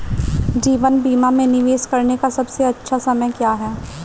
जीवन बीमा में निवेश करने का सबसे अच्छा समय क्या है?